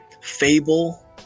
Fable